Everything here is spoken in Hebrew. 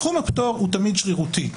סכום הפטור הוא תמיד שרירותי.